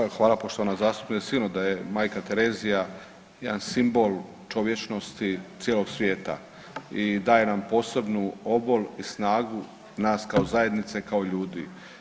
Evo hvala poštovana zastupnice, sigurno da je Majka Terezija jedan simbol čovječnosti cijelog svijeta i daje nam posebnu obol i snagu nas kao zajednice, kao ljudi.